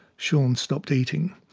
shaun stopped eating.